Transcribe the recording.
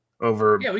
over